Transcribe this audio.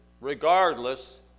regardless